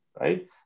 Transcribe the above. Right